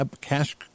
cash